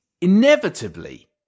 inevitably